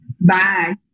Bye